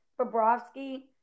Bobrovsky